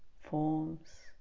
forms